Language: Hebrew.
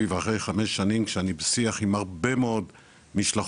ואחרי חמש שנים כשאני בשיח עם הרבה מאוד משלחות